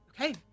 Okay